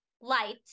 light